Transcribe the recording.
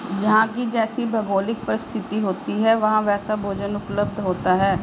जहां की जैसी भौगोलिक परिस्थिति होती है वहां वैसा भोजन उपलब्ध होता है